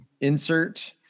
insert